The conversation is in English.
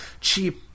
cheap